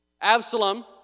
Absalom